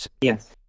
yes